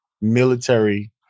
military